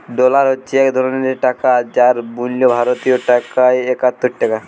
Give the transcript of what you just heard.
dollar হচ্ছে এক ধরণের টাকা যার মূল্য ভারতীয় টাকায় একাত্তর টাকা